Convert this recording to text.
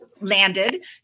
landed